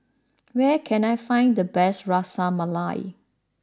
where can I find the best Ras Malai